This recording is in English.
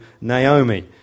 Naomi